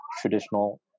traditional